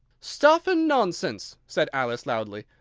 stuff and nonsense! said alice loudly.